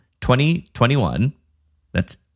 2021—that's